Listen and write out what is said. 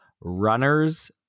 runners